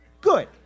Good